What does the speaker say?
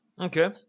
Okay